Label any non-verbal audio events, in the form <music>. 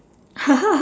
<laughs>